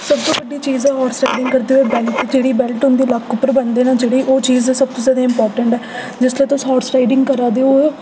सब तू बड्डी चीज हार्स राइडिंग करदे होई बैल्ट जेह्ड़ी बैल्ट होंदी लक्क उप्पर बन्नदे न ओह् चीज सब तू ज्यादा इमपाटेंट ऐ जेल्लै तुस हार्स राइडिंग करा दे होवो